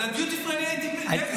על הדיוטי פרי אני הייתי נגד?